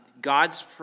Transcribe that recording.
God's